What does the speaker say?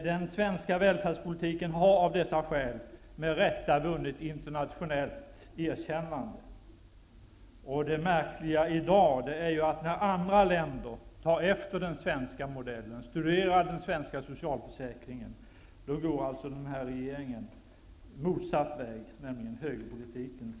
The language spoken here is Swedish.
Den svenska välfärdspolitiken har av dessa skäl med rätta vunnit internationellt erkännande. Det märkliga i dag är, att när andra länder tar efter den svenska modellen och studerar den svenska socialförsäkringen, går den här regeringen motsatt väg, nämligen högerpolitikens väg.